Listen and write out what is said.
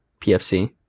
PFC